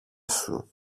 σου